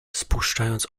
spuszczając